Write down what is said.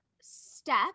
step